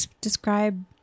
describe